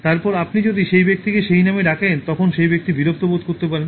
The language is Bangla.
তারপরে আপনি যদি সেই ব্যক্তিকে সেই নামে ডাকেন ততক্ষণে সেই ব্যক্তি বিরক্ত বোধ করতে পারেন